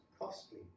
costly